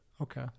Okay